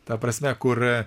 ta prasme kur